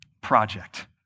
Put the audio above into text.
project